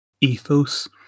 ethos